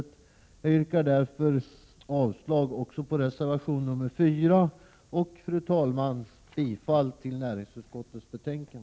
Jag yrkar därför avslag också på reservation 4 och, fru talman, bifall till utskottets hemställan.